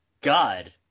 God